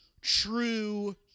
true